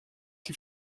die